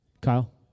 Kyle